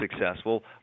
successful